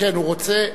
כן, הוא רוצה.